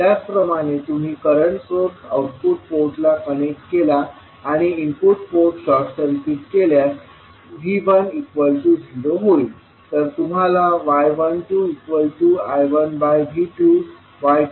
त्याचप्रमाणे तुम्ही current source output पोर्टला कनेक्ट केला आणि इनपुट पोर्ट शॉर्ट सर्किट केल्यास V1 0होईल